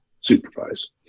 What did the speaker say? supervise